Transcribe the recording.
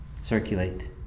circulate